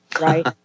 right